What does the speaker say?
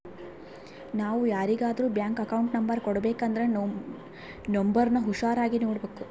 ನಾವು ಯಾರಿಗಾದ್ರೂ bank account number ಕೊಡಬೇಕಂದ್ರ ನೋಂಬರ್ನ ಹುಷಾರಾಗಿ ನೋಡ್ಬೇಕು